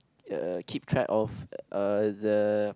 uh keep track of uh the